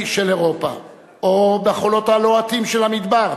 של אירופה או בחולות הלוהטים של המדבר,